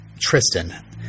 Tristan